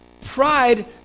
Pride